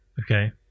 Okay